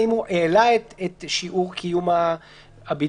האם הוא העלה את שיעור קיום הבידוד,